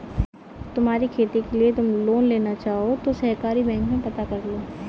तुम्हारी खेती के लिए तुम लोन लेना चाहो तो सहकारी बैंक में पता करलो